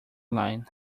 line